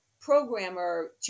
programmer